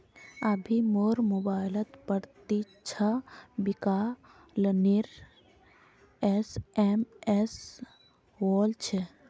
अभी मोर मोबाइलत प्रत्यक्ष विकलनेर एस.एम.एस वल छ